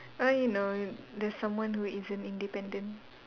I know there's someone who isn't independent